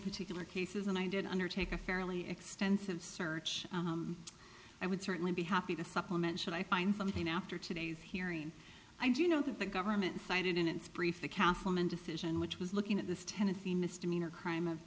particular cases and i did undertake a fairly extensive search i would certainly be happy to supplement should i find something after today's hearing i do know that the government cited in its brief the councilmen decision which was looking at the tennessee misdemeanor crime of